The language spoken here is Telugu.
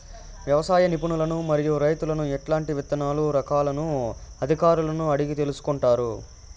వ్యవసాయ నిపుణులను మరియు రైతులను ఎట్లాంటి విత్తన రకాలను అధికారులను అడిగి తెలుసుకొంటారు?